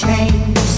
Change